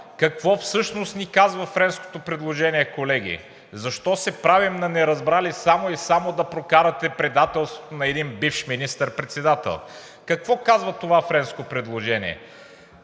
Какво всъщност ни казва френското предложение, колеги? Защо се правим на неразбрали само и само да прокарате предателството на един бивш министър-председател? Какво казва това френско предложение?